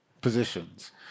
positions